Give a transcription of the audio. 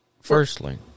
Firstly